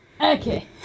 okay